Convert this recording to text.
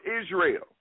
Israel